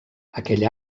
aquell